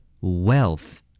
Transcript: Wealth